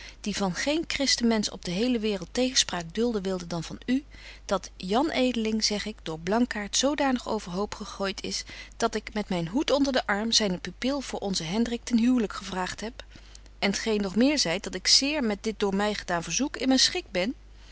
die van geen christen mensch op de hele waereld tegenspraak dulden wilde dan van u dat jan edeling zeg ik door blankaart zodanig overhoop gegooit is dat ik met myn hoed onder den arm zyne pupil voor onzen hendrik ten huwlyk gevraagt heb en t geen nog meer zeit dat ik zeer met dit door my gedaan verzoek in myn schik ben